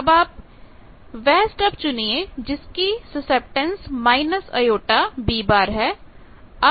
अब आप वह स्टब चुनिए जिस की सुसेप्टटेन्स jB है